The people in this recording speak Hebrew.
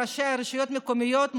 ראשי הרשויות המקומיות,